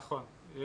נכון.